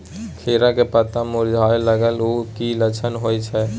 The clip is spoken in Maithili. खीरा के पत्ता मुरझाय लागल उ कि लक्षण होय छै?